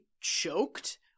choked